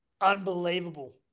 Unbelievable